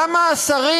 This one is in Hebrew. למה השרים,